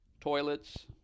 toilets